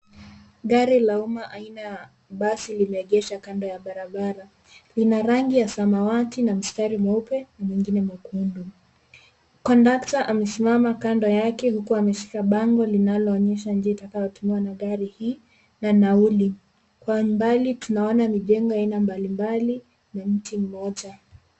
Gari la umma aina ya basi limeegeshwa kando ya barabara. Ina rangi ya samawati na mstari mweupe na mwingine mwekundu, kondakta amesimama kando yake huku ameshika bango linaloonyesha njia itakayotumiwa na gari hii na nauli, kwa mbali tunaona majengo ya aina mbalimbali na mti moja.